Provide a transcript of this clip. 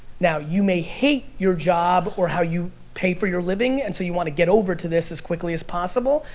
now, you may hate your job or how you pay for your living, and so you wanna get over to this as quickly as possible,